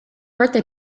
birthday